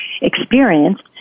experienced